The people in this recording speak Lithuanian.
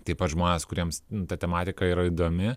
taip pat žmonės kuriems ta tematika yra įdomi